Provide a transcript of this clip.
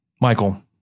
Michael